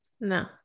No